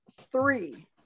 three